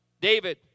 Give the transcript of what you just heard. David